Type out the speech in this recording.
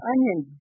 Onions